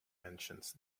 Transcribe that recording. mentions